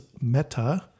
Meta